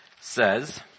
says